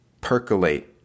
percolate